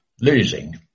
losing